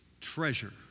treasure